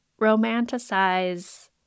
Romanticize